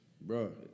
bro